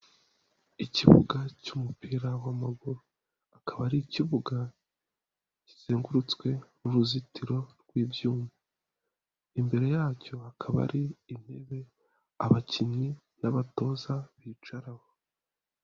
Ikibuga cy'umupira w'amaguru, akaba ari ikibuga kizengurutswe n'uruzitiro rw'ibyuma, imbere yacyo hakaba hari intebe abakinnyi n'abatoza bicaraho.